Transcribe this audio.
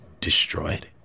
destroyed